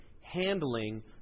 handling